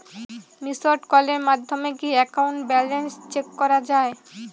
Missed কলের মাধ্যমে কি একাউন্ট ব্যালেন্স চেক করা যায়?